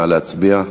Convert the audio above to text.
נא להצביע.